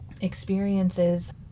experiences